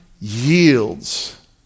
yields